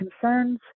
concerns